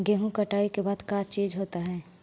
गेहूं कटाई के बाद का चीज होता है?